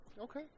Okay